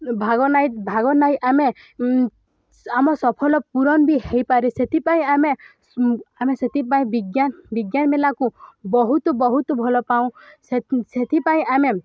ଭାଗନାଇ ଭାଗନାଇ ଆମେ ଆମ ସଫଲ ପୂରନ୍ ବି ହୋଇପାରେ ସେଥିପାଇଁ ଆମେ ଆମେ ସେଥିପାଇଁ ବିଜ୍ଞାନ ବିଜ୍ଞାନ ମେଲାକୁ ବହୁତ ବହୁତ ଭଲ ପାଉ ସେଥିପାଇଁ ଆମେ